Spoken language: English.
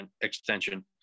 extension